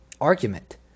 argument